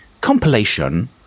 compilation